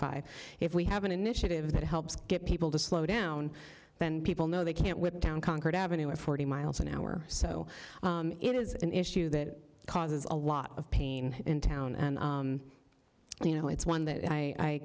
five if we have an initiative that helps get people to slow down then people know they can't whip down concord avenue at forty miles an hour so it is an issue that causes a lot of pain in town and you know it's one that i